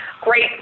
great